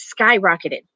skyrocketed